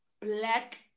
Black